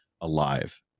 alive